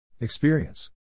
Experience